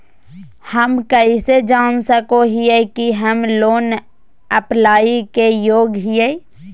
हम कइसे जान सको हियै कि हम लोन अप्लाई के योग्य हियै?